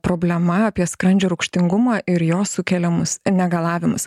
problema apie skrandžio rūgštingumą ir jo sukeliamus negalavimus